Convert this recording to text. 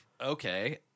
Okay